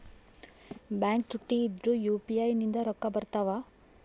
Bank ಚುಟ್ಟಿ ಇದ್ರೂ UPI ನಿಂದ ರೊಕ್ಕ ಬರ್ತಾವಾ?